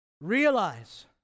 realize